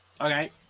okay